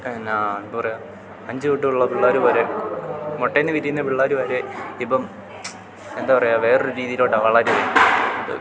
എന്നാ എന്താ പറയുക അഞ്ചു തൊട്ടുള്ള പിള്ളേർ വരെ മുട്ടയിൽ നിന്നു വിരിയുന്ന പിള്ളേർ വരെ ഇപ്പം എന്താ പറയുക വേറൊരു രീതിയിലോട്ടാണ് വളരുന്നത്